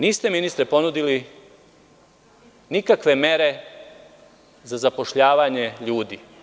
Niste, ministre, ponudili nikakve mere zazapošljavanje ljudi.